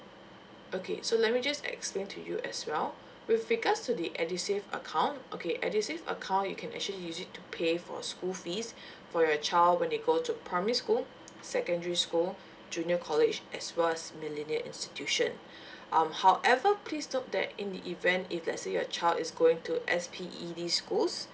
okay so let me just explain to you as well with regards to the edusave account okay edusave account you can actually use it to pay for school fees for your child when they go to primary school secondary school junior college as well as millenia institution um however please note that in the event if let's say your child is going to S_P_E_D schools